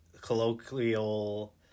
colloquial